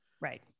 Right